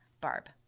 Barb